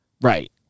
Right